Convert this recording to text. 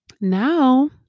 now